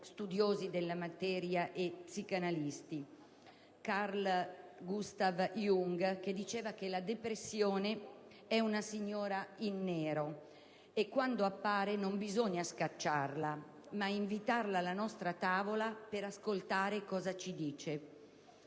studiosi della materia e psicoanalisti (Carl Gustav Jung), il quale diceva che «la depressione è una signora in nero, quando appare non bisogna scacciarla, ma invitarla alla nostra tavola per ascoltare cosa ci dice».